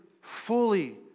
fully